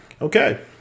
Okay